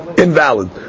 Invalid